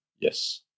yes